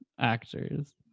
actors